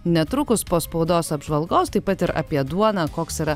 netrukus po spaudos apžvalgos taip pat ir apie duoną koks yra